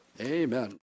amen